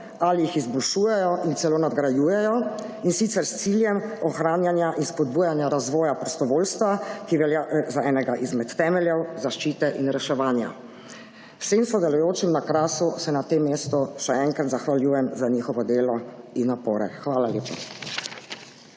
ali jih izboljšujejo in celo nadgrajujejo, in sicer s ciljem ohranjanja in spodbujanja razvoja prostovoljstva, ki velja za enega izmed temeljev zaščite in reševanja. Vsem sodelujočim na Krasu se na tem mestu še enkrat zahvaljujem za njihovo delo in napore. Hvala lepa.